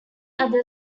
other